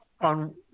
On